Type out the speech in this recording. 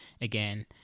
again